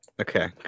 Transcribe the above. Okay